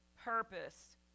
purpose